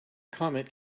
comet